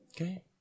Okay